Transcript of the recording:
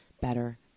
better